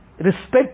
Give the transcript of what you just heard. respect